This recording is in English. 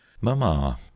Mamma